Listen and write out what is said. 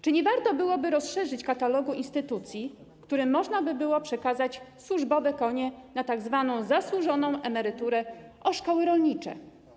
Czy nie warto byłoby rozszerzyć katalogu instytucji, którym można by było przekazać służbowe konie na tzw. zasłużoną emeryturę, o szkoły rolnicze?